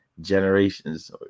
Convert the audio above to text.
generations